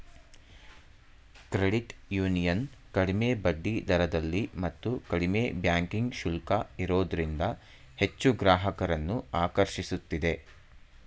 credit union ಕಡಿಮೆ ಬಡ್ಡಿದರದಲ್ಲಿ ಮತ್ತು ಕಡಿಮೆ ಬ್ಯಾಂಕಿಂಗ್ ಶುಲ್ಕ ಇರೋದ್ರಿಂದ ಹೆಚ್ಚು ಗ್ರಾಹಕರನ್ನು ಆಕರ್ಷಿಸುತ್ತಿದೆ